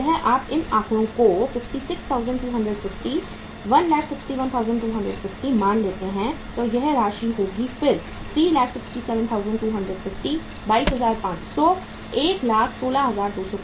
यदि आप इन आंकड़ों को 56250 161250 मान लेते हैं तो यह राशि होगी फिर 367250 22500 116250